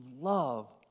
love